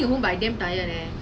okay okay